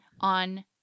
on